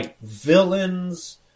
villains